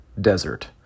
desert